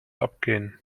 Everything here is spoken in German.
abgehen